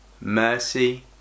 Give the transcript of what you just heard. mercy